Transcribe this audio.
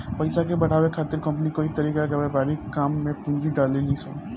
पइसा के बढ़ावे खातिर कंपनी कई तरीका के व्यापारिक काम में पूंजी डलेली सन